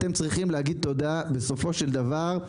אתם צריכים להגיד תודה בסופו של דבר.